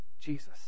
Jesus